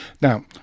Now